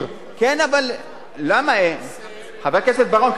חבר הכנסת בר-און, כתוב: